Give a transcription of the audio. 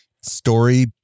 story